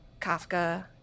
Kafka